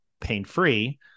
pain-free